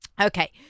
Okay